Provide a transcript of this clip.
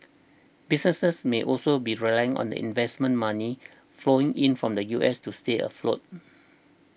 businesses may also be relying on the investment money flowing in from the U S to stay afloat